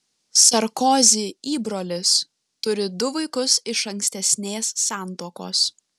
sarkozy įbrolis turi du vaikus iš ankstesnės santuokos